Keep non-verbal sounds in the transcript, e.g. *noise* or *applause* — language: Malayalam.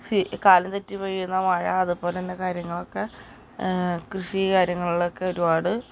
*unintelligible* കാലം തെറ്റി പെയ്യുന്ന മഴ അതുപോലെ തന്നെ കാര്യങ്ങളൊക്കെ കൃഷി കാര്യങ്ങളിലൊക്കെ ഒരുപാട്